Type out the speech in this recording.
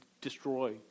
destroy